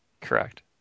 Correct